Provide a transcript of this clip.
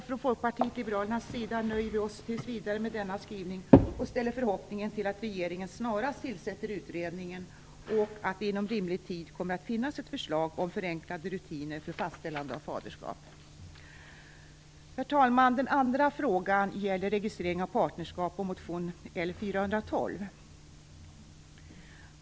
Från Folkpartiet liberalerna nöjer vi oss tills vidare med denna skrivning och ställer förhoppningen till att regeringen snarast tillsätter utredningen och att det inom rimlig tid kommer att finnas ett förslag om förenklade rutiner för fastställande av faderskap. Herr talman! Den andra frågan gäller registrering av partnerskap och motion L412.